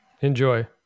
enjoy